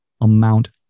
amount